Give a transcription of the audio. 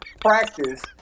practice